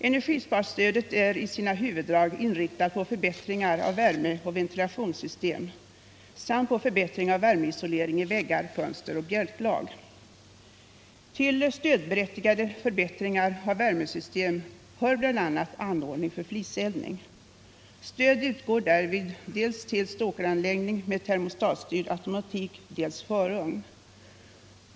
Energisparstödet är i sina huvuddrag inriktat på förbättringar av värmeoch ventilationssystem samt på förbättring av värmeisolering i väggar, fönster och bjälklag. Till stödberättigade förbättringar av värmesystem hör bl. å. anordning för fliseldning. Stöd utgår därvid för dels stokeranordning med termostatstyrd automatik, dels förugn.